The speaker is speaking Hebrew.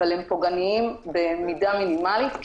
אבל הם פוגעניים במידה מינימלית,